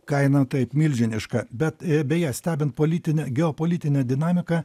kaina taip milžiniška bet beje stebint politinę geopolitinę dinamiką